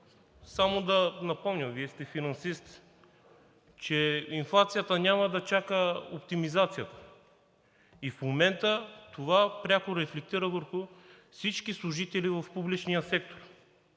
Само да напомня, Вие сте финансист, че инфлацията няма да чака оптимизацията. И в момента това пряко рефлектира върху всички служители в публичния сектор.